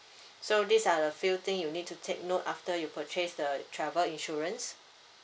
so these are the few thing you need to take note after you purchase the travel insurance